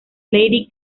lady